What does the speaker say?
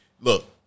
look